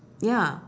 ya